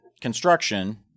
construction